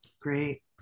great